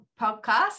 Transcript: Podcast